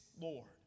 Lord